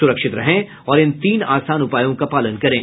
सुरक्षित रहें और इन तीन आसान उपायों का पालन करें